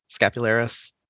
Scapularis